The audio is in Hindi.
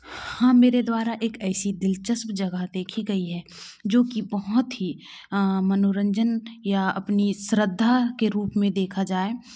हाँ मेरे द्वारा एक ऐसी दिलचस्प जगह देखी गई है जो की बहुत ही मनोरंजन या अपनी श्रद्धा के रूप में देखा जाए